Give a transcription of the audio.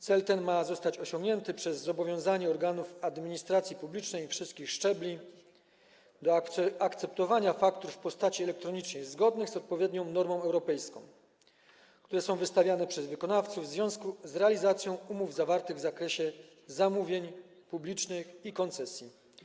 Cel ten ma zostać osiągnięty przez zobowiązanie organów administracji publicznej wszystkich szczebli do akceptowania faktur w postaci elektronicznej zgodnych z odpowiednią normą europejską, które są wystawiane przez wykonawców w związku z realizacją umów zawartych w zakresie zamówień publicznych i koncesji.